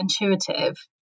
intuitive